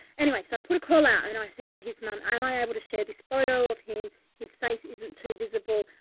anyway, so i put a call out and i said to his mum, am i able to share this photo of him? his face isn't too visible.